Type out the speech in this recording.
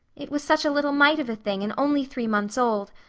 it was such a little mite of a thing and only three months old,